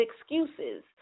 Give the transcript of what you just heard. excuses